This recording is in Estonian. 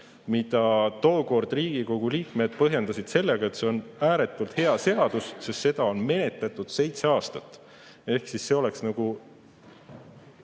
mida tookord Riigikogu liikmed põhjendasid sellega, et see on ääretult hea seadus, sest seda on menetletud seitse aastat. Ehk see oleks nagu